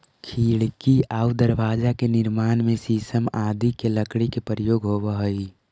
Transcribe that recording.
खिड़की आउ दरवाजा के निर्माण में शीशम आदि के लकड़ी के प्रयोग होवऽ हइ